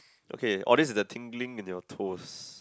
okay or this is the tingling in your toes